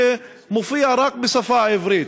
שמופיע רק בשפה העברית.